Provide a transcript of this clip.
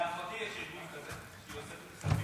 לאחותי יש ארגון כזה שעוסק בכספים,